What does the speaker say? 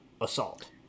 assault